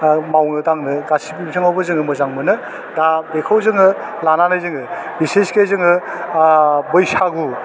आह मावनो दांनो गासिबो बिथिङावबो जोङो मोजां मोनो दा बेखौ जोङो लानानै जोङो बिसिसखै जोङो आह बैसागु